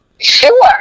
Sure